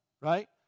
right